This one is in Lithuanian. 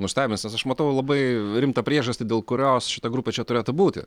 nustebins nes aš matau labai rimtą priežastį dėl kurios šita grupė čia turėtų būti